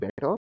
better